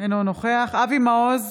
אינו נוכח אבי מעוז,